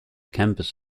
campus